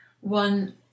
One